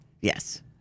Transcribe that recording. Yes